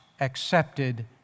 accepted